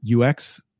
UX